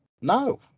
No